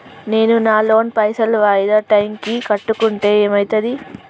నేను నా లోన్ పైసల్ వాయిదా టైం కి కట్టకుంటే ఏమైతది?